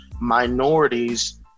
minorities